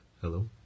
Hello